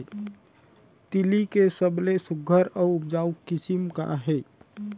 तिलि के सबले सुघ्घर अऊ उपजाऊ किसिम का हे?